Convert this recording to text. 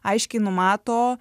aiškiai numato